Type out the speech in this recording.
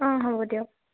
অঁ হ'ব দিয়ক